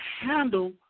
handle